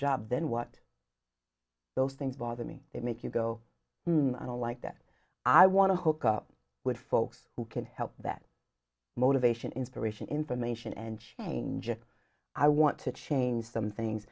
job then what those things bother me they make you go i don't like that i want to hook up with folks who can help that motivation inspiration information and change if i want to change some things